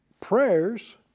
prayers